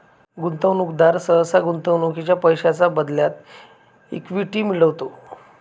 गुंतवणूकदार सहसा गुंतवणुकीच्या पैशांच्या बदल्यात इक्विटी मिळवतो